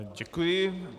Děkuji.